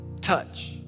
touch